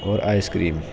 اور آئس کریم